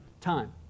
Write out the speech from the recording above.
time